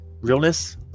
realness